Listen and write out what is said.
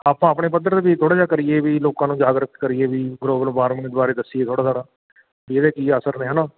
ਆਪਾਂ ਆਪਣੇ ਪੱਧਰ 'ਤੇ ਵੀ ਥੋੜ੍ਹਾ ਜਿਹਾ ਕਰੀਏ ਵੀ ਲੋਕਾਂ ਨੂੰ ਜਾਗਰਤ ਕਰੀਏ ਵੀ ਗਲੋਬਲ ਵਾਰਮਿੰਗ ਬਾਰੇ ਦੱਸੀਏ ਥੋੜ੍ਹਾ ਸਾਰਾ ਵੀ ਇਹਦੇ ਕੀ ਅਸਰ ਨੇ ਹੈ ਨਾ